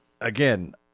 again